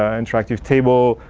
ah interactive table,